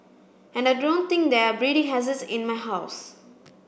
and I don't think there are breeding hazards in my house